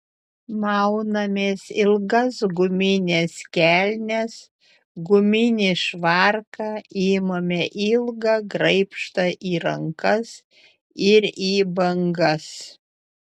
maunamės ilgas gumines kelnes guminį švarką imame ilgą graibštą į rankas ir į bangas